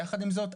יחד עם זאת,